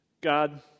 God